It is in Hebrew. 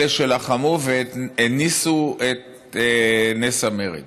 אלה שלחמו והניפו את נס המרד.